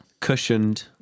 Cushioned